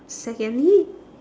secondly